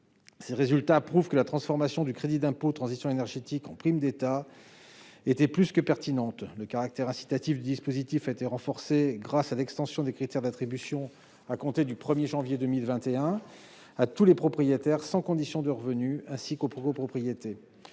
Ces résultats prouvent que la transformation du crédit d'impôt transition énergétique (CITE) en prime d'État était très pertinente. Le caractère incitatif du dispositif a été renforcé grâce à l'extension des critères d'attribution, à compter du 1 janvier 2021, à tous les propriétaires sans condition de revenus, ainsi qu'aux copropriétés.